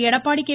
Edappadi K